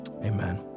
amen